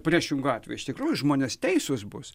priešingu atveju iš tikrųjų žmonės teisūs bus